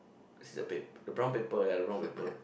is the paper the brown paper ya the brown paper